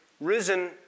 risen